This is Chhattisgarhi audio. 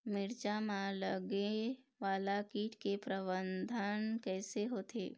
मिरचा मा लगे वाला कीट के प्रबंधन कइसे होथे?